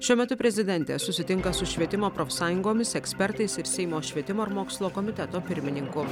šiuo metu prezidentė susitinka su švietimo profsąjungomis ekspertais ir seimo švietimo ir mokslo komiteto pirmininku